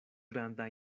granda